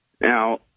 Now